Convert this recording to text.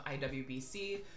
IWBC